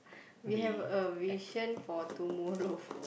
we have a vision for tomorrow